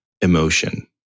emotion